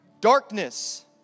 Darkness